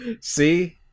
See